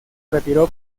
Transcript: retiró